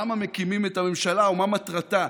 למה מקימים את הממשלה ומה מטרתה.